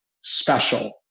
special